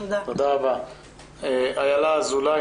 אילה אזולאי,